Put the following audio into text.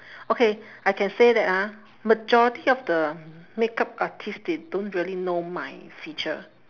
okay I can say that ah majority of the makeup artist they don't really know my feature